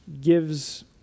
gives